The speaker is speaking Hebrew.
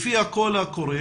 לפי הקול הקורא